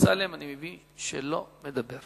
אני מבין שחבר הכנסת אמסלם לא מדבר.